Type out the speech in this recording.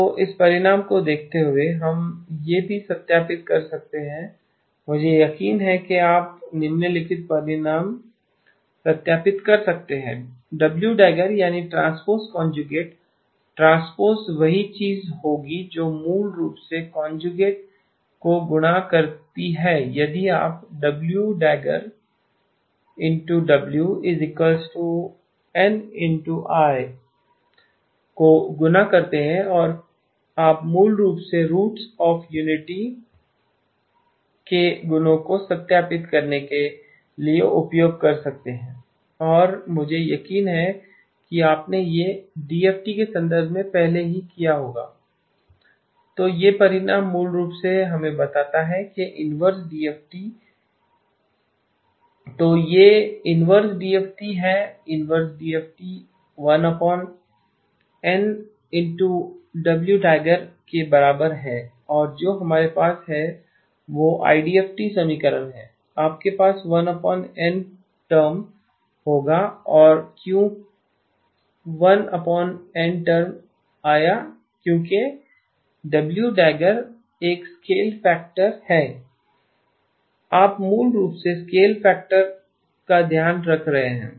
तो इस परिणाम को देखते हुए हम यह भी सत्यापित कर सकते हैं मुझे यकीन है कि आप निम्नलिखित परिणाम सत्यापित कर सकते हैं W† यानी ट्रांसपोज़ कॉनज्युगेट ट्रांसपोज़ वही चीज़ होगी जो मूल रूप से कॉनज्युगेट को गुणा करती है यदि आप W†WN∗I को गुणा करते हैं और आप मूल रूप से रूट्स ऑफ़ यूनिटी के गुणों को सत्यापित करने के लिए उपयोग कर सकते हैं और मुझे यकीन है कि आपने यह डीएफटी के संदर्भ में पहले ही कर लिया होगा तो यह परिणाम मूल रूप से हमें बताता है कि इनवर्स डीएफटी तो यह इनवर्स डीएफटी है इनवर्स डीएफटी 1N W†के बराबर है और जो हमारे पास है वह आईडीएफटी समीकरण में है आपके पास 1N टर्म होगा और क्यों 1N टर्म आया क्योंकि W† एक स्केल फैक्टर है आप मूल रूप से स्केल फैक्टर का ध्यान रख रहे हैं